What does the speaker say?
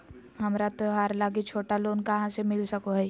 हमरा त्योहार लागि छोटा लोन कहाँ से मिल सको हइ?